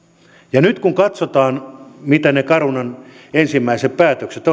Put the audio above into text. ja nyt kun katsotaan mitä ne carunan ensimmäiset päätökset